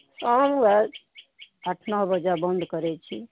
हँ ओएह आठ नओ बजे बन्द करै छी